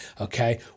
okay